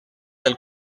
del